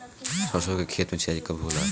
सरसों के खेत मे सिंचाई कब होला?